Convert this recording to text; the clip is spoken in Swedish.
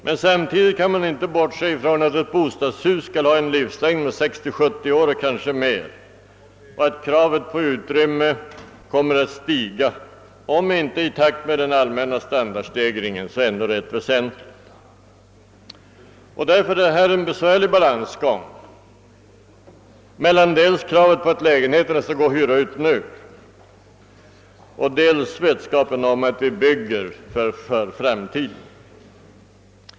Men samtidigt kan vi inte bortse från att ett bostadshus skall byggas för en användningstid av mellan 60 och 70 år — ja, kanske mer — och att kraven på utrymme kommer att stiga, om inte i takt med den allmänna standardstegringen så ändå rätt väsentligt. Därför blir det en balansgång mellan kravet på att lägenheterna skall gå att hyra ut nu och att vi skall bygga för framtiden.